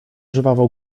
żwawo